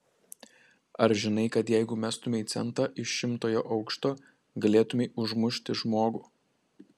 ar žinai kad jeigu mestumei centą iš šimtojo aukšto galėtumei užmušti žmogų